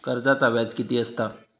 कर्जाचा व्याज कीती असता?